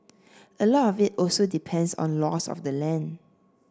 a lot of it also depends on laws of the land